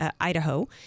Idaho